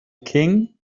king